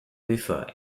luther